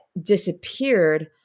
disappeared